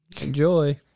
Enjoy